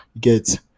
get